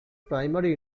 primary